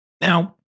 Now